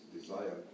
desire